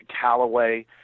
Callaway